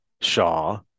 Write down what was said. Shaw